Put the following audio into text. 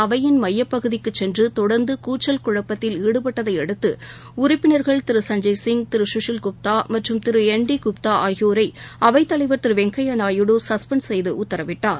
அவையின் மையப்பகுதிக்குச் சென்றதொடர்ந்தகூச்சல் குழப்பத்தில் ஈடுபட்டதையடுத்து உறுப்பினா்கள் திரு சஞ்ஜய் சிங் திருகசில் குப்தா மற்றும் திருஎன் டி குப்தாஆகியோரைஅவைத்தவைவர் திருவெங்கையாநாயுடு சஸ்பெண்ட் செய்துஉத்தரவிட்டார்